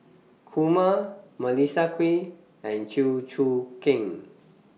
Kumar Melissa Kwee and Chew Choo Keng